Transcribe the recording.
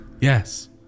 Yes